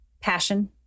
passion